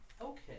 Okay